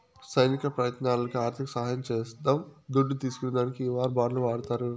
సైనిక ప్రయత్నాలకి ఆర్థిక సహాయం చేసేద్దాం దుడ్డు తీస్కునే దానికి ఈ వార్ బాండ్లు వాడతారు